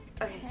Okay